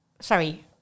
Sorry